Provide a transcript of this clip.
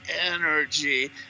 energy